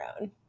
own